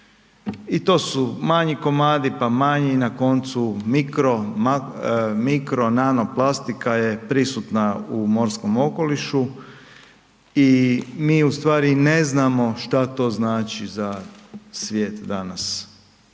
i to su manji komadi pa manji i na koncu mikro nano plastika je prisutna u morskom okolišu i mi ustvari ne znamo šta to znači za svijet danas,